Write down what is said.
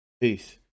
Peace